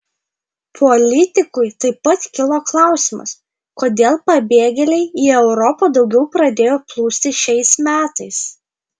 politikui taip pat kilo klausimas kodėl pabėgėliai į europą daugiau pradėjo plūsti šiais metais